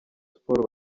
sports